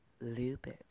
lupus